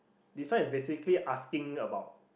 this one is basically asking about